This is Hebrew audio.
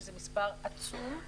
שזה מספר עצום.